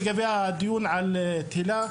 לגבי הדיון על היל"ה,